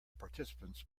participants